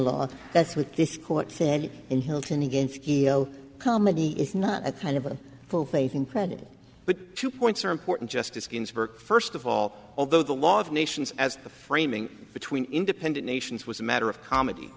law that's what this court said in hilton against comedy is not at kind of a full faith and credit but two points are important justice ginsburg first of all although the law of nations as the framing between independent nations was a matter of comedy